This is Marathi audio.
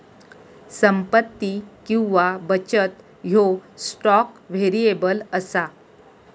संपत्ती किंवा बचत ह्यो स्टॉक व्हेरिएबल असा